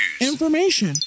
information